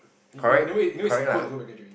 in in a way in a way is equal to tour package already